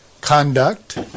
conduct